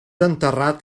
enterrat